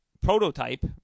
prototype